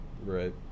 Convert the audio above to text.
right